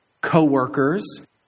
co-workers